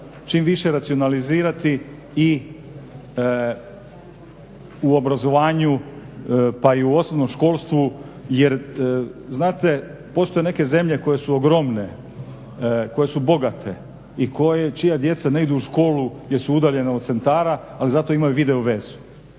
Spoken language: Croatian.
čim više racionalizirati i u obrazovanju pa i u osnovnom školstvu jer znate postoje neke zemlje koje su ogromne, koje su bogate i čija djeca ne idu u školu jer su udaljena od centara ali zato imaju video vezu.